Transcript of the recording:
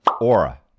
Aura